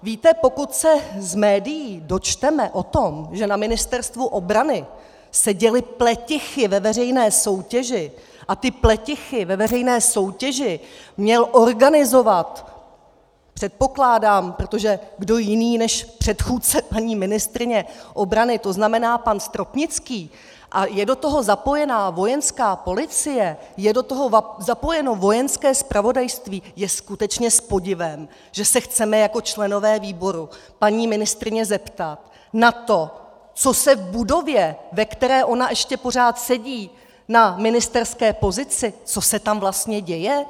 Víte, pokud se z médií dočteme o tom, že na Ministerstvu obrany se děly pletichy ve veřejné soutěži a ty pletichy ve veřejné soutěži měl organizovat, předpokládám, protože kdo jiný než předchůdce paní ministryně obrany, to znamená pan Stropnický, a je do toho zapojena vojenská policie, je do toho zapojeno Vojenské zpravodajství, je skutečně s podivem, že se chceme jako členové výboru paní ministryně zeptat na to, co se v budově, ve které ona ještě pořád sedí na ministerské pozici, co se tam vlastně děje.